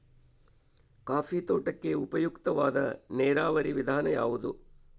Coffee ತೋಟಕ್ಕೆ ಉಪಯುಕ್ತವಾದ ನೇರಾವರಿ ವಿಧಾನ ಯಾವುದು?